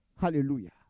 Hallelujah